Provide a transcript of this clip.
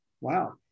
wow